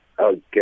Okay